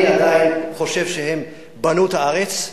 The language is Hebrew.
אני עדיין חושב שהם בנו את הארץ,